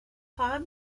خواهم